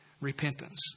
repentance